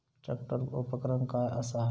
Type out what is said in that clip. Tractor उपकरण काय असा?